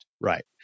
Right